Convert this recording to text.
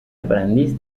aprendiz